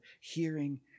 hearing